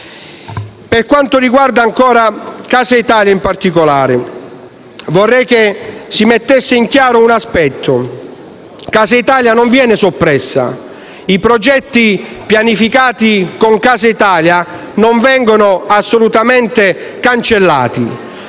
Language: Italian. Per quanto riguarda Casa Italia in particolare, vorrei che si mettesse in chiaro un aspetto: Casa Italia non viene soppressa e i progetti con essa pianificati non vengono assolutamente cancellati.